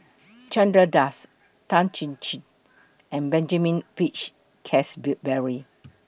Chandra Das Tan Chin Chin and Benjamin Peach Keasberry